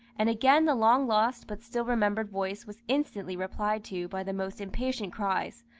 and again the long-lost but still-remembered voice was instantly replied to by the most impatient cries,